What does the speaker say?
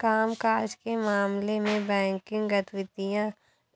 काम काज के मामले में बैंकिंग गतिविधियां